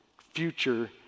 future